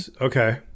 Okay